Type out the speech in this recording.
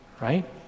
Right